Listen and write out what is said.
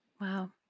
Wow